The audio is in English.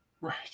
Right